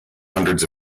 hundreds